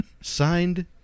Signed